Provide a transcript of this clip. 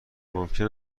ممکن